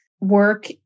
work